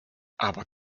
aber